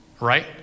right